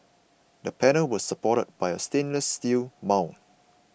the panels were supported by a stainless steel mount